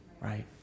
right